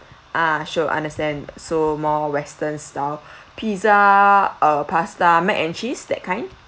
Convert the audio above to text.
ah sure understand so more western stuff pizza uh pasta mac and cheese that kind